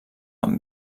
amb